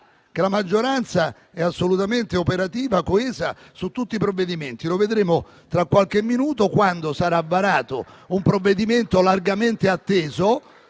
che la maggioranza è assolutamente operativa e coesa su tutti i provvedimenti. Lo vedremo tra qualche minuto quando sarà varato un provvedimento ampiamente atteso